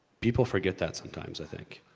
people forget that sometimes, i think.